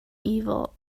evil